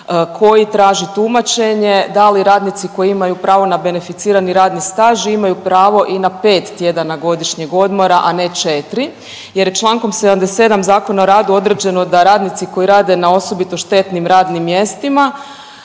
koji traži tumačenje da li radnici koji imaju pravo na beneficirani radni staž imaju pravo i na 5 tjedana godišnjeg odmora, a ne 4 jer je Člankom 77. Zakona o radu određeno da radnici koji rade ne osobito štetnim radnim mjestima